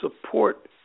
support